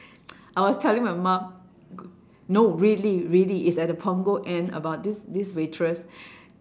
I was telling my mom no really really is at the punggol end about this this waitress